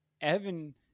Evan